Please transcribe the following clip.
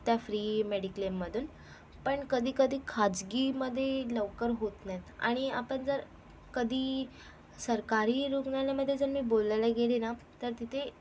त्या फ्री मेडिक्लेममधून पण कधीकधी खाजगीमध्ये लवकर होत नाहीत आणि आपण जर कधी सरकारी रुग्णालयमध्ये जर मी बोलायला गेली ना तर तिथे